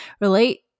Relate